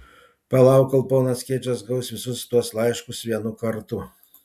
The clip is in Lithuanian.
palauk kol ponas keidžas gaus visus tuos laiškus vienu kartu